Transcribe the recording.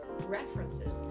references